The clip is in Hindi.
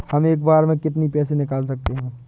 हम एक बार में कितनी पैसे निकाल सकते हैं?